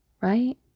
Right